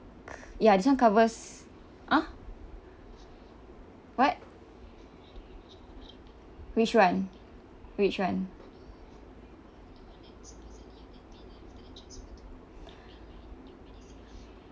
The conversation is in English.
c~ ya this one covers !huh! what which one which one